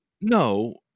No